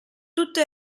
tutto